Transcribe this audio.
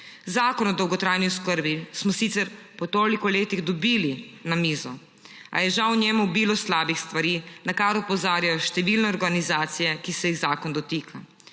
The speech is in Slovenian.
Zakon o dolgotrajni oskrbi smo sicer po toliko letih dobili na mizo, a je žal v njem obilo slabih stvari, na kar opozarjajo številne organizacije, ki se jih zakon dotika.